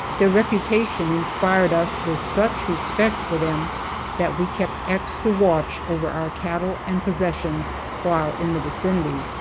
their reputation inspired us with such respect for them that we kept extra watch over our cattle and possessions while in the vicinity.